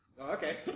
Okay